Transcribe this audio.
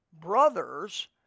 brothers